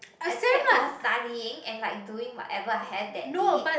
except for her studying and like doing whatever I have that day